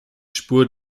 spur